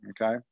Okay